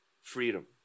freedom